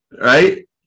right